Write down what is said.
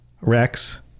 Rex